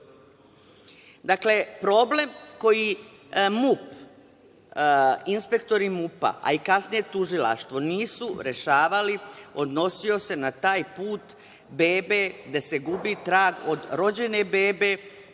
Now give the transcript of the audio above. uradi. Dakle, problem koji MUP, inspektori MUP-a, a kasnije i tužilaštvo, nisu rešavali odnosio se na taj put bebe gde se gubi trag od rođene bebe,